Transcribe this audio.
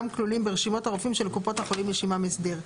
כלולים ברשימות הרופאים שלקופות החולים יש עמם הסדר.